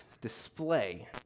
display